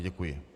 Děkuji.